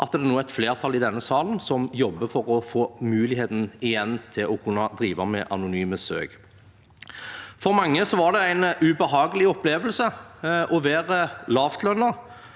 at det nå er et flertall i denne salen som jobber for igjen å få muligheten til å kunne drive med anonyme søk. For mange var det en ubehagelig opplevelse å være lavtlønnet